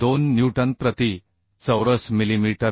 2 newton प्रति चौरस millimetre